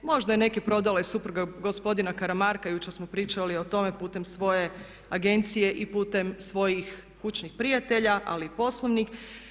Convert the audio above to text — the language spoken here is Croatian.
Možda je neke prodala i supruga gospodina Karamarka, jučer smo pričali o tome, putem svoje agencije i putem svojih kućnih prijatelja ali i poslovnih.